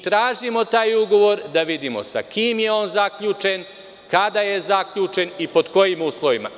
Tražimo taj ugovor da vidimo sa kim je on zaključen, kada je zaključen i pod kojim uslovima.